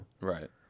Right